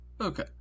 Okay